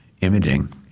imaging